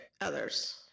others